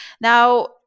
Now